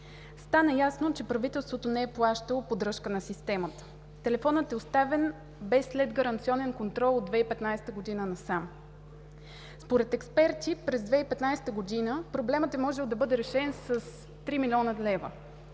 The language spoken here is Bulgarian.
Стана ясно, че правителството не е плащало поддръжка на системата. Телефонът е оставен без следгаранционен контрол от 2015 г. насам. Според експерти през 2015 г. проблемът е можел да бъде решен с 3 млн. лв.